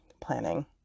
planning